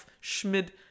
Schmidt